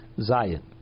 Zion